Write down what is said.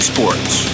Sports